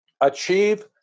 achieve